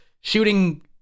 shooting